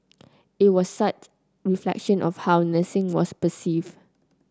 it was a sad reflection of how nursing was perceived